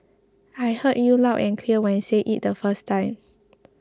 I heard you loud and clear when you said it the first time